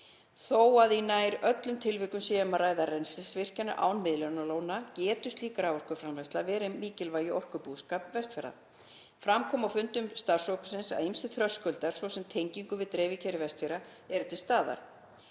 Þó að í nær öllum tilvikum sé um að ræða rennslisvirkjanir án miðlunarlóna, getur slík raforkuframleiðsla verið mikilvæg í orkubúskap Vestfjarða. Fram kom á fundum starfshópsins að ýmsir þröskuldar, svo sem við tengingu við dreifikerfi Vestfjarða, eru til staðar.